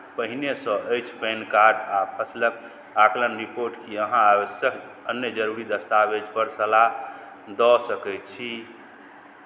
पहिनहिसँ PAN card अछि आ फसिलक आकलन रिपोर्ट की अहाँ आवश्यक अन्य जरूरी दस्तावेजपर सलाह दऽ सकैत छी